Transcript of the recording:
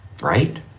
right